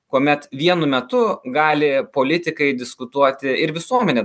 kuomet vienu metu gali politikai diskutuoti ir visuomenė